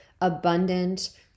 abundant